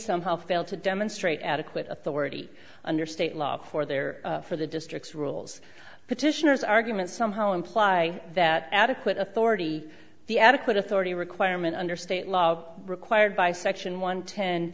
somehow failed to demonstrate adequate authority under state law for there for the districts rules petitioners argument somehow imply that adequate authority the adequate authority requirement under state law required by section one ten